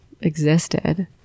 existed